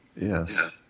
yes